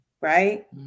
Right